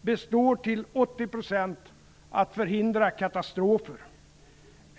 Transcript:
består till 80 % i att förhindra katastrofer.